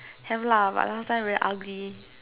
have lah but last time very ugly